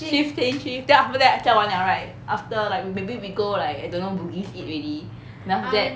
shift change shift then after that 驾完 liao right after like maybe we go like I don't know bugis eat already then after that